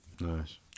nice